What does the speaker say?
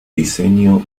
diseño